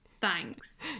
thanks